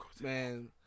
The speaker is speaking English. Man